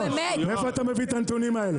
מאיפה אתה מביא את הנתונים האלה?